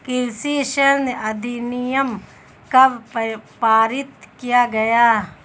कृषि ऋण अधिनियम कब पारित किया गया?